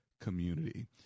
Community